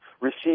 receive